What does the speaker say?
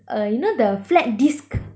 uh you know the flat disc